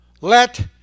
Let